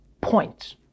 point